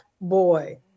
boy